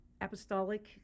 apostolic